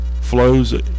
flows